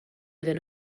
iddyn